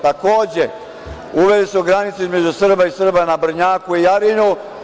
Takođe, uveli su granice između Srba i Srba na Brnjaku i Jarinju.